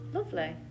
lovely